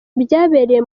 byabereye